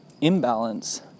imbalance